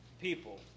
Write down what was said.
people